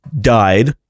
died